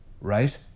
Right